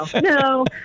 no